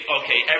okay